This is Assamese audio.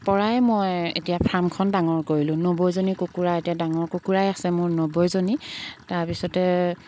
পৰাই মই এতিয়া ফাৰ্মখন ডাঙৰ কৰিলোঁ নব্বৈজনী কুকুৰা এতিয়া ডাঙৰ কুকুৰাই আছে মোৰ নব্বৈজনী তাৰপিছতে